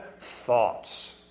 thoughts